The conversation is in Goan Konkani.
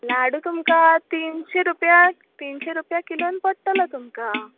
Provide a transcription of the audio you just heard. लाडू तुमकां तिनशी रुपया तिनशी रुपया किलोन पडटले तुमकां